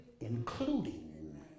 including